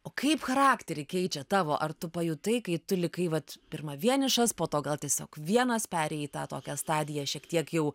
o kaip charakterį keičia tavo ar tu pajutai kai tu likai vat pirma vienišas po to gal tiesiog vienas perėjai tą tokią stadiją šiek tiek jau